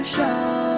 Show